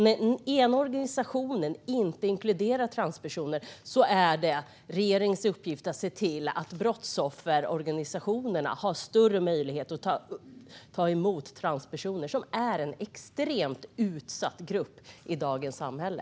När kvinnojoursorganisationer inte inkluderar transpersoner är det regeringens uppgift att se till att brottsofferorganisationerna har större möjlighet att ta emot transpersoner, som är en extremt utsatt grupp i dagens samhälle.